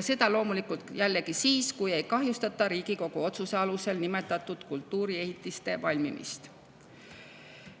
Seda loomulikult jällegi siis, kui ei [ohustata] Riigikogu otsuses nimetatud kultuuriehitiste valmimist.